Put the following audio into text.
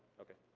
okay.